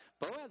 Boaz